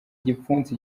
igipfunsi